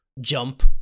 jump